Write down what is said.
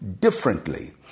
differently